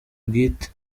bwite